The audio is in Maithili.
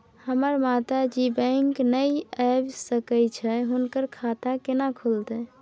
हमर माता जी बैंक नय ऐब सकै छै हुनकर खाता केना खूलतै?